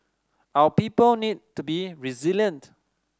our people need to be resilient